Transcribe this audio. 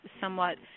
somewhat